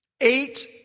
eight